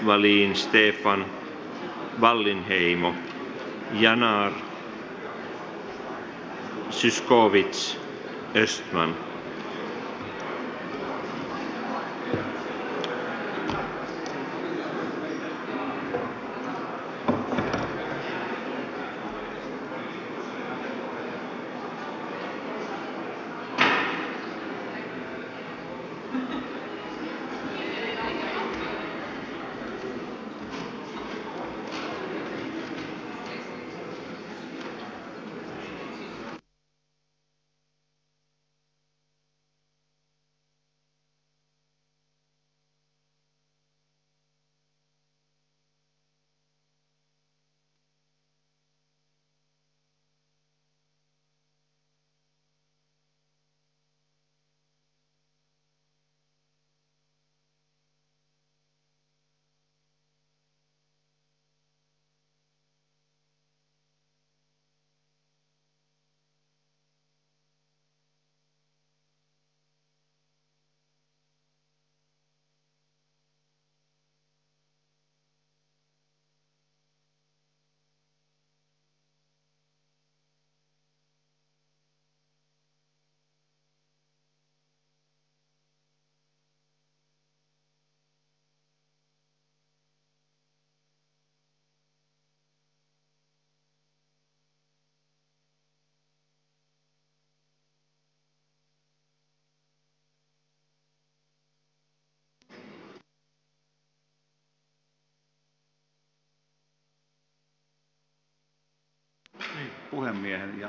äänestyksen tulos luetaan